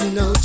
no